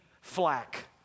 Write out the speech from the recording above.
flack